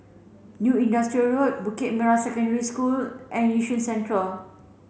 New Industrial Road Bukit Merah Secondary School and Yishun Central